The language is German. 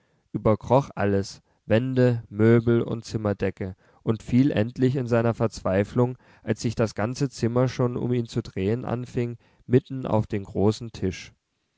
überkroch alles wände möbel und zimmerdecke und fiel endlich in seiner verzweiflung als sich das ganze zimmer schon um ihn zu drehen anfing mitten auf den großen tisch